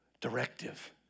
directive